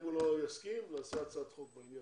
אם הוא לא יסכים, נגיש הצעת חוק בעניין.